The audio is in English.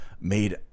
made